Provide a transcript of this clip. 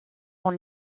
dans